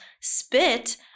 spit